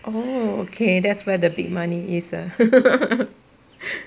orh okay that's where the big money is ah